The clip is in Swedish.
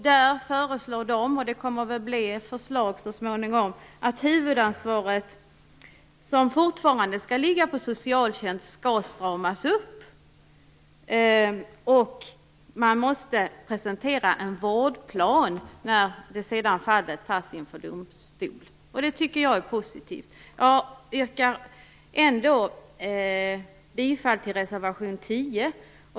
Där föreslår regeringen - det blir väl till ett förslag så småningom - att huvudansvaret, som fortfarande skall ligga på socialtjänsten skall stramas upp. När fallet sedan dras inför domstol måste man presentera en vårdplan. Det tycker jag är positivt. Jag yrkar ändå bifall till reservation 10.